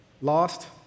Lost